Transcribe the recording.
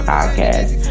Podcast